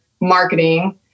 marketing